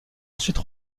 ensuite